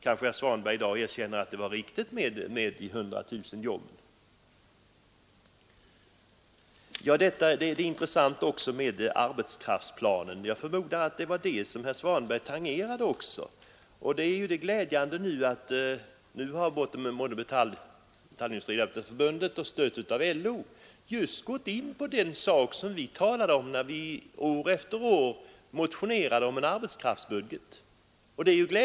Kanske herr Svanberg i dag erkänner att det var riktigt att uppsätta det som ett mål? Likaså är detta med arbetskraftsplanen mycket intressant. Jag förmodar att det var den saken som herr Svanberg tangerade i sitt anförande. Det är också glädjande att Metallindustriarbetareförbundet med stöd av LO har gått in för en arbetskraftsbudget, vilket vi ju har motionerat om år efter år.